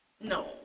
No